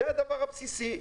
זה הדבר הבסיסי.